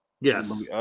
yes